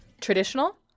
Traditional